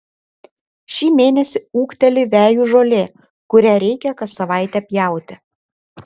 šį mėnesį ūgteli vejų žolė kurią reikia kas savaitę pjauti